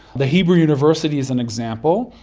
the hebrew university is an example.